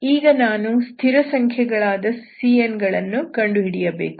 ಈಗ ನಾನು ಸ್ಥಿರಸಂಖ್ಯೆಗಳಾದ cnಗಳನ್ನು ಕಂಡುಹಿಡಿಯಬೇಕು